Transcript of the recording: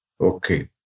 Okay